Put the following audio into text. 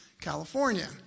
California